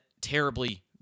terribly